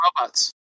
robots